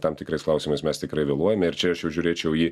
tam tikrais klausimais mes tikrai vėluojame ir čia aš jau žiūrėčiau į